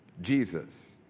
Jesus